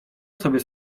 sobie